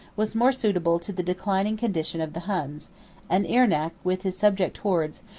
was more suitable to the declining condition of the huns and irnac, with his subject hordes,